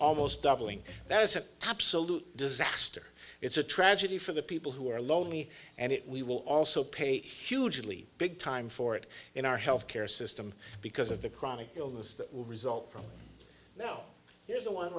almost doubling that is an absolute disaster it's a tragedy for the people who are lonely and it we will also pay a huge leap big time for it in our health care system because of the chronic illness that will result from now is the one